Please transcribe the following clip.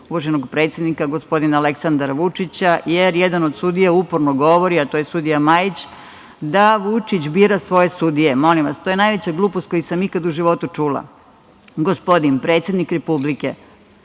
uvaženog predsednika gospodina Aleksandra Vučića, jer jedan od sudija uporno govori, a to je sudija Majić, da Vučić bira svoje sudije. Molim vas, to je najveća glupost koju sam ikad u životu čula. Gospodin predsednik Republike